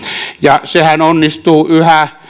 ja sehän onnistuu yhä